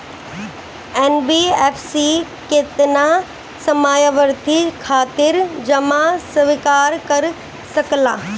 NBFC केतना समयावधि खातिर जमा स्वीकार कर सकला?